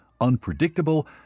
unpredictable